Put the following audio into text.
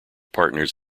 partners